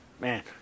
Man